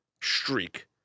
streak